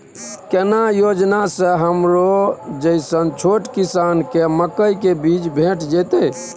केना योजना स हमरो जैसन छोट किसान के मकई के बीज भेट जेतै?